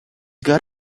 got